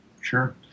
sure